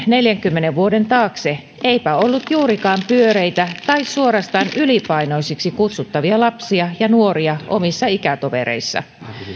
neljänkymmenen vuoden taakse eipä ollut juurikaan pyöreitä tai suorastaan ylipainoisiksi kutsuttavia lapsia ja nuoria omissa ikätovereissani